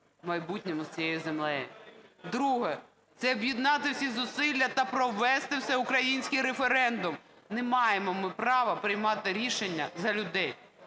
в майбутньому з цією землею. Друге – це об'єднати всі зусилля та провести всеукраїнський референдум. Не маємо ми права приймати рішення за людей.